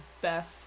best